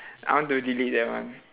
I want to delete that one